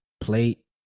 plate